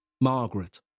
Margaret